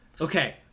Okay